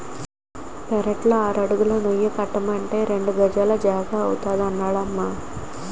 పెరట్లో ఆరడుగుల నీళ్ళకుండీ కట్టమంటే రెండు గజాల జాగా అవుతాదన్నడమ్మా